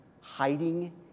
hiding